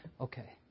okay